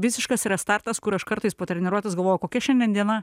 visiškas restartas kur aš kartais po treniruotės galvoju kokia šiandien diena